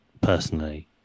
personally